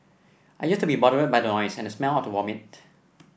I used to be bothered by the noise and smell of vomit